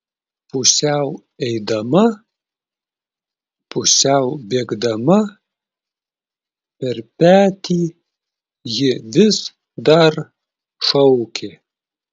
pusiau eidama pusiau bėgdama per petį ji vis dar šaukė